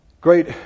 Great